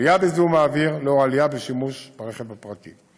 עלייה בזיהום האוויר לאור עלייה בשימוש ברכב הפרטי.